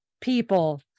people